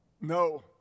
No